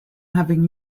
having